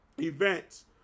events